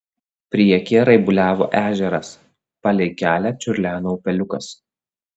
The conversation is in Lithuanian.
priekyje raibuliavo ežeras palei kelią čiurleno upeliukas